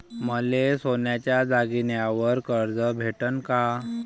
मले सोन्याच्या दागिन्यावर कर्ज भेटन का?